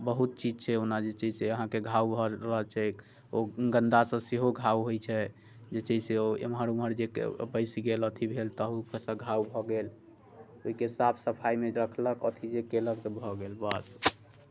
बहुत चीज छै ओना जे छै से अहाँकेँ घाव घर रहल से ओ गन्दा से सेहो घाव होइत छै जे छै से एम्हर ओम्हर जे बैस गेल अथि भेल तेहू से घाव भऽ गेल ओहिके साफ सफाइमे रखलक अथि जे कयलक से भऽ गेल बस